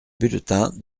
bulletin